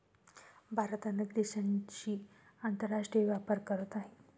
भारत अनेक देशांशी आंतरराष्ट्रीय व्यापार करत आहे